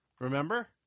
Remember